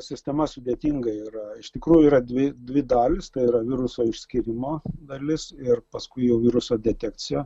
sistema sudėtinga yra iš tikrųjų yra dvi dvi dalys tai yra viruso išskyrimo dalis ir paskui jau viruso detekcija